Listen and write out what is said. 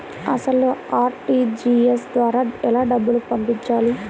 అసలు అర్.టీ.జీ.ఎస్ ద్వారా ఎలా డబ్బులు పంపాలి?